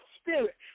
spirit